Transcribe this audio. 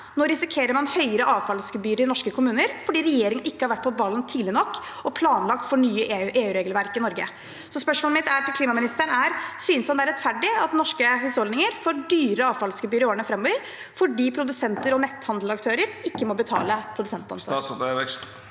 Nå risikerer man høyere avfallsgebyr i norske kommuner, fordi regjeringen ikke har vært på ballen tidlig nok og planlagt for nye EU-regelverk i Norge. Spørsmålet mitt til klimaministeren er: Synes han det er rettferdig at norske husholdninger får dyrere avfallsgebyr i årene framover fordi produsenter og netthandelaktører ikke må betale i en produsentansvarsordning?